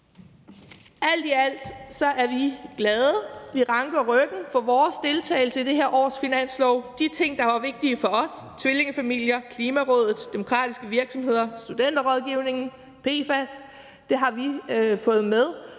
Alt i alt er vi glade. Vi ranker ryggen over vores deltagelse i det her års finanslov. De ting, der var vigtige for os, tvillingefamilier, Klimarådet, demokratiske virksomheder, Studenterrådgivningen og PFAS, har vi fået med,